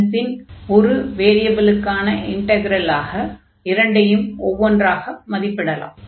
அதன் பின் ஒரு வேரியபிலுக்கான இன்டக்ரலாக இரண்டையும் ஒவ்வொன்றாக மதிப்பிடலாம்